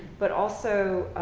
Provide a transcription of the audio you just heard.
but also